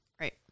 Right